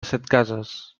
setcases